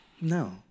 No